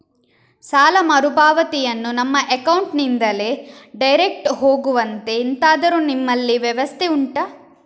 ಸಾಲ ಮರುಪಾವತಿಯನ್ನು ನಮ್ಮ ಅಕೌಂಟ್ ನಿಂದಲೇ ಡೈರೆಕ್ಟ್ ಹೋಗುವಂತೆ ಎಂತಾದರು ನಿಮ್ಮಲ್ಲಿ ವ್ಯವಸ್ಥೆ ಉಂಟಾ